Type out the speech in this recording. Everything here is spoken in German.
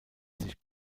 sich